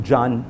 John